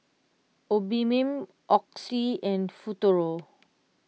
Obimin Oxy and Futuro